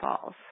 Falls